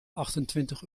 achtentwintig